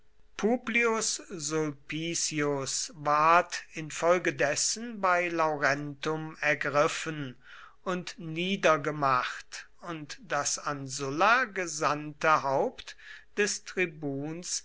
sulpicius ward infolgedessen bei laurentum ergriffen und niedergemacht und das an sulla gesandte haupt des tribuns